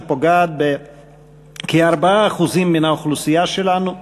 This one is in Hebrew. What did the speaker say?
שפוגעת בכ-4% מן האוכלוסייה שלנו,